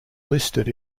listed